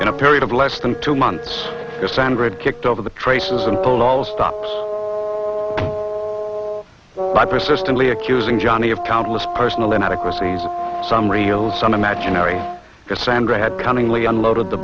in a period of less than two months sandra kicked over the traces and pull all stops by persistently accusing johnny of countless personal inadequacies some real some imaginary as sandra had cunningly unloaded the